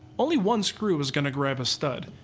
only one screw is gonna grab a stud.